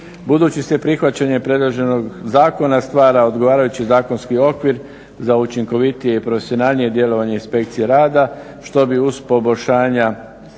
Budući se prihvaćanjem predloženog zakona stvara odgovarajući zakonski okvir za učinkovitije i profesionalnije djelovanje inspekcije rada, što bi uz poboljšanja